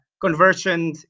conversion